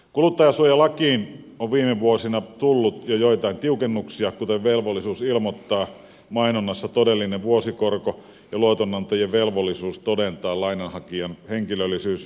kuluttajansuojalakiin on viime vuosina tullut jo joitain tiukennuksia kuten velvollisuus ilmoittaa mainonnassa todellinen vuosikorko ja luotonantajan velvollisuus todentaa lainanhakijan henkilöllisyys huolellisesti